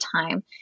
time